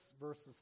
verses